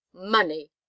money